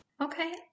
Okay